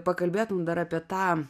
pakalbėtum dar apie tą